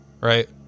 right